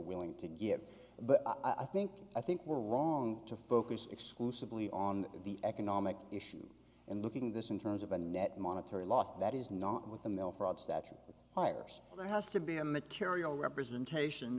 willing to give but i think i think we're wrong to focus exclusively on the economic issue and looking this in terms of a net monetary loss that is not with the mail fraud statute hires there has to be a material representation